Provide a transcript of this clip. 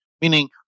meaning